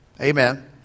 Amen